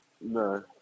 No